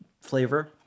flavor